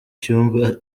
cyumba